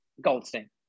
Goldstein